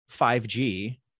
5G